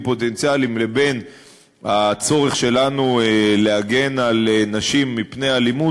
פוטנציאליים לבין הצורך שלנו להגן על נשים מפני אלימות,